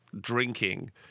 drinking